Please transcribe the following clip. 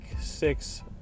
six